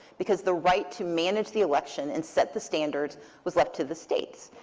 because the right to manage the election and set the standards was left to the states.